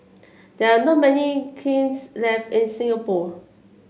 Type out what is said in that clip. there are not many kilns left in Singapore